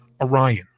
Orion